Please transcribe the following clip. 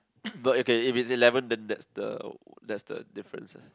but okay if it's eleven then that's the that's the difference